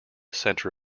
center